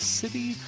city